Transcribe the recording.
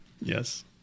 Yes